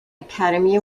academy